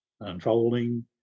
unfolding